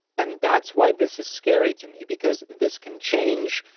and that's why this is scary to me, because this can change.